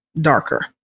darker